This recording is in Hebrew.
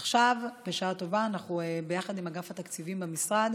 עכשיו, בשעה טובה, ביחד עם אגף התקציבים במשרד,